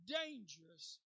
dangerous